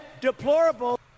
deplorable